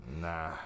Nah